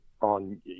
on